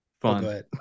Fun